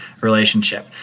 relationship